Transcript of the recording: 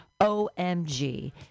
OMG